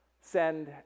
send